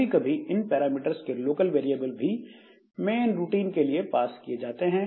कभी कभी इन पैरामीटर्स के लोकल वेरिएबल भी मेन रूटीन के लिए पास किए जाते हैं